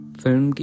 film